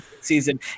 season